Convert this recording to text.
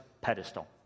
pedestal